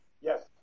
Yes